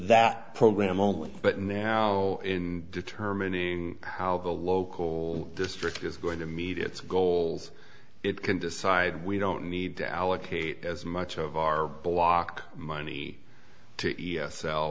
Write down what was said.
that program only but now in determining how the local district is going to meet its goals it can decide we don't need to allocate as much of our block money to e